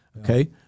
Okay